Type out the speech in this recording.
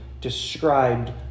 described